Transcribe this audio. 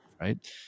right